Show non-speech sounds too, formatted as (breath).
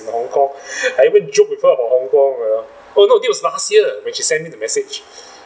in hong kong (breath) I even joked with her about hong kong you know oh no this was last year when she sent me the message